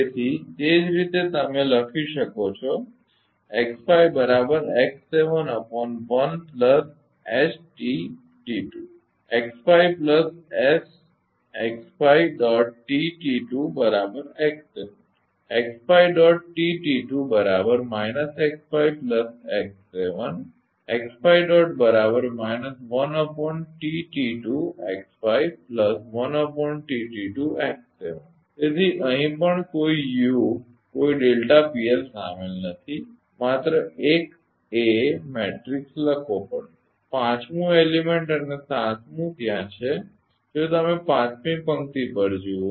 તેથી તે જ રીતે તમે લખી શકો છો તેથી અહીં પણ કોઈ યુ કોઈ શામેલ નથી માત્ર એક A મેટ્રિક્સ લખવો પડશે પાંચમું એલીમેન્ટ અને સાતમું ત્યાં છે જો તમે પાંચમી પંક્તિ પર જુઓ